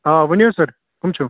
آ ؤنِو سَر کٕم چھو